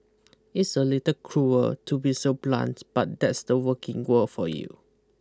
it's a little cruel to be so blunt but that's the working world for you